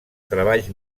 treballs